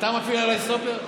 אתה מפעיל עליי סטופר?